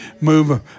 move